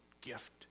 gift